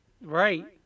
right